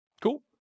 Cool